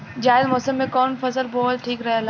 जायद मौसम में कउन फसल बोअल ठीक रहेला?